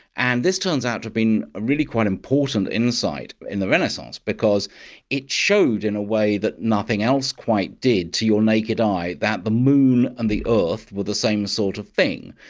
and this turns out to have been a really quite important insight in the renaissance because it showed in a way that nothing else quite did to your naked eye that the moon and the earth were the same sort of thing,